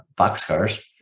boxcars